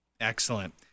Excellent